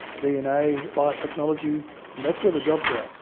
dna, biotechnology, and that's where the jobs are.